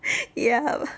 ya